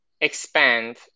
expand